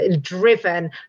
driven